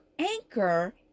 anchor